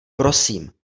prosím